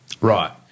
Right